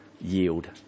yield